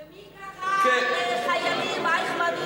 ומי קרא לחיילים "אייכמנים"?